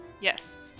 Yes